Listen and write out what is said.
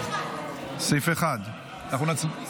11 הסתייגויות לסעיף 1. סעיף 1, מס'